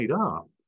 up